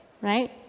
right